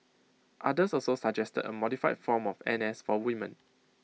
others also suggested A modified form of N S for women